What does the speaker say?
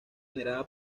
generada